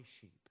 sheep